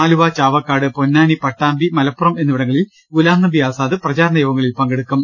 Aluva Chavakkad Ponnani Pattambi Malappuram എന്നിവിടങ്ങളിൽ ഗുലാംനബി ആസാദ് പ്രചാര ണയോഗങ്ങളിൽ പങ്കെടുക്കും